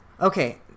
Okay